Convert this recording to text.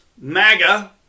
MAGA